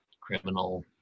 criminal